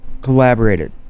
collaborated